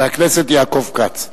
חבר הכנסת יעקב כץ.